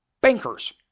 bankers